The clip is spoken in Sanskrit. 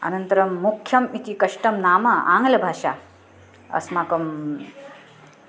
अनन्तरं मुख्यम् इति कष्टं नाम आङ्ग्लभाषा अस्माकम्